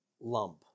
lump